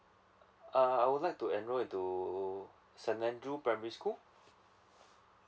uh I would like to enroll into saint andrew primary school